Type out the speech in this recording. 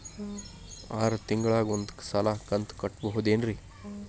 ಆರ ತಿಂಗಳಿಗ ಒಂದ್ ಸಲ ಕಂತ ಕಟ್ಟಬಹುದೇನ್ರಿ?